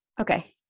okay